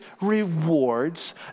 rewards